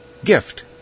Gift